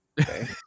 Okay